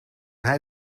hij